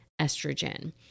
estrogen